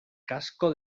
casco